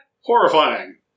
Horrifying